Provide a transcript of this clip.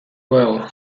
well